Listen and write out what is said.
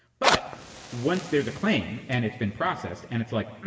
but once there's a claim and it's been processed and it's like,